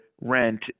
rent